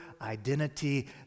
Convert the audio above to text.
identity